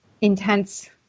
intense